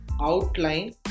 outline